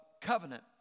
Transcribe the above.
Covenant